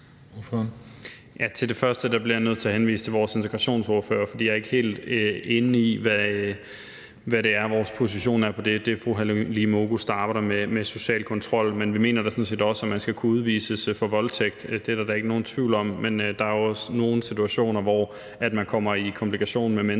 til det første bliver jeg nødt til at henvise til vores integrationsordfører, for jeg er ikke helt inde i, hvad der er vores position i det. Det er fru Halime Oguz, der arbejder med social kontrol, men vi mener da sådan set også, at man skal kunne udvises for voldtægt. Det er der da ikke nogen tvivl om. Men der er jo også nogle situationer, hvor man kommer i konflikt med